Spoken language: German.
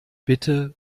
bitte